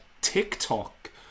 TikTok